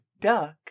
Duck